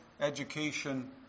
education